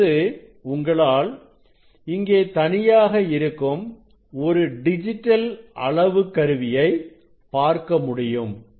இப்பொழுது உங்களால் இங்கே தனியாக இருக்கும் ஒரு டிஜிட்டல் அளவு கருவியையை பார்க்க முடியும்